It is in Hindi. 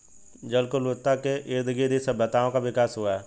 जल की उपलब्धता के इर्दगिर्द ही सभ्यताओं का विकास हुआ